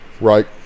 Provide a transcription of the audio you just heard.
Right